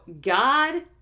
God